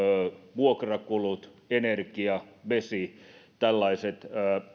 vuokrakulut energia vesi tällaiset